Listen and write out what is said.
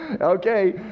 Okay